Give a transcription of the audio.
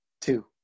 two